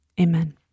Amen